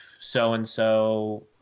so-and-so